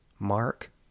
Mark